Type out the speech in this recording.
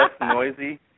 noisy